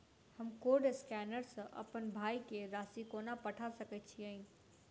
हम code scanner सँ अप्पन भाय केँ राशि कोना पठा सकैत छियैन?